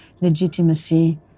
legitimacy